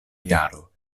jaro